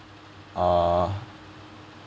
uh